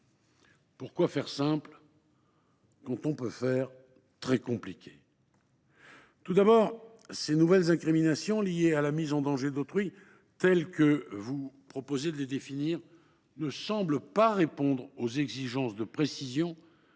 Pourquoi faire simple, quand on peut faire très compliqué…